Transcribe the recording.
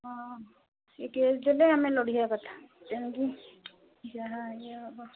ହଁ ସେ କେସ୍ ଦେଲେ ଆମେ ଲଢ଼ିବା କଥା ଯେଉଁଠି ଯାହା ୟେ ହେବ